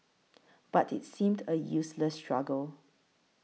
but it seemed a useless struggle